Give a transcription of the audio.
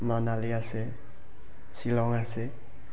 মানালী আছে শ্বিলং আছে